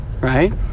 right